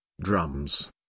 drums